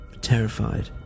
Terrified